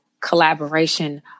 collaboration